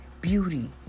beauty